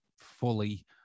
fully